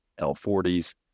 L40s